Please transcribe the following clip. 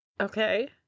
okay